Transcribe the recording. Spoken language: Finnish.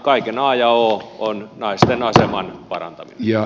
kaiken a ja o on naisten aseman parantaminen